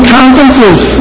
conferences